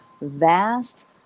vast